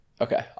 okay